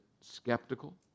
skeptical